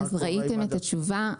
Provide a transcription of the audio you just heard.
ראיתם את התשובה.